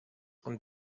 und